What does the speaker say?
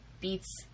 beats